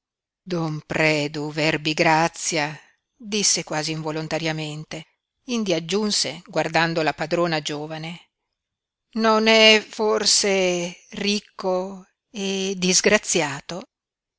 predu don predu verbigrazia disse quasi involontariamente indi aggiunse guardando la padrona giovane non è forse ricco e disgraziato